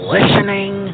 listening